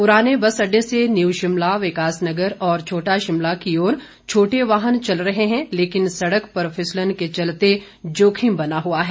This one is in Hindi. पुराने बस अड्डे से न्यू शिमला विकास नगर और छोटा शिमला की ओर छोटे वाहन चल रहे हैं लेकिन सड़क पर फिसलन के चलते जोखिम बना हुआ है